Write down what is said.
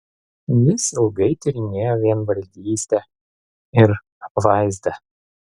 jis ilgai tyrinėjo vienvaldystę ir apvaizdą